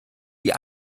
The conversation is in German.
die